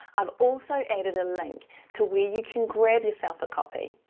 i've also added a link to where you can grab yourself a copy.